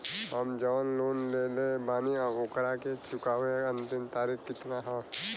हम जवन लोन लेले बानी ओकरा के चुकावे अंतिम तारीख कितना हैं?